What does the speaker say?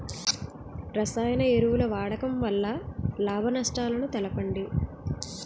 రసాయన ఎరువుల వాడకం వల్ల లాభ నష్టాలను తెలపండి?